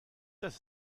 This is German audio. das